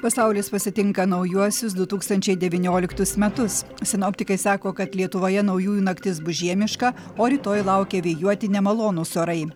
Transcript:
pasaulis pasitinka naujuosius du tūkstančiai devynioliktus metus sinoptikai sako kad lietuvoje naujųjų naktis bus žiemiška o rytoj laukia vėjuoti nemalonūs orai